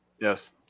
Yes